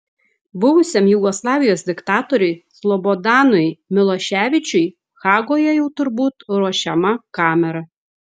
buvusiam jugoslavijos diktatoriui slobodanui miloševičiui hagoje jau turbūt ruošiama kamera